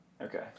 Okay